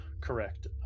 correct